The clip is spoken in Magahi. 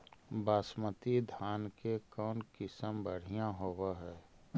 बासमती धान के कौन किसम बँढ़िया होब है?